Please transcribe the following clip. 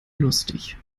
lustig